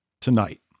tonight